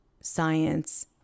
science